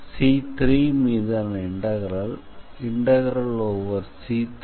C3மீதான integral c3F